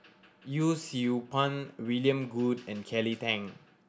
Yee Siew Pun William Goode and Kelly Tang